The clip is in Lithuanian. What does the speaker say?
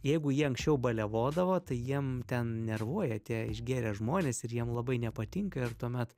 jeigu jie anksčiau balevodavo tai jiem ten nervuoja tie išgėrę žmonės ir jiem labai nepatinka ir tuomet